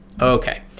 Okay